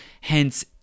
hence